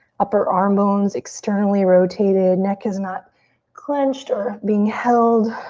upper arm bones externally rotated. neck is not clenched or being held.